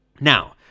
Now